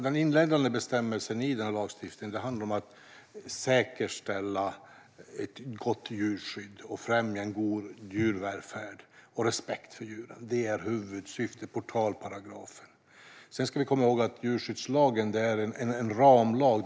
Den inledande bestämmelsen i denna lagstiftning - portalparagrafen - handlar om att säkerställa ett gott djurskydd och främja en god djurvälfärd och respekt för djuren. Det är huvudsyftet. Sedan ska vi komma ihåg att djurskyddslagen är en ramlag.